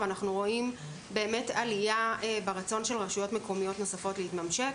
ואנחנו באמת רואים עלייה ברצון של רשויות מקומיות נוספות להתממשק.